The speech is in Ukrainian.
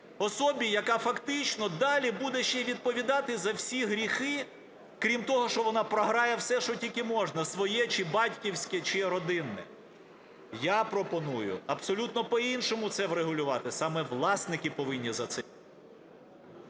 Особі, яка фактично далі буде ще й відповідати за всі гріхи, крім того, що вона програє все, що тільки можна, своє чи батьківське, чи родинне. Я пропоную абсолютно по-іншому це врегулювати. Саме власники повинні за це…